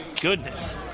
goodness